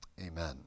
amen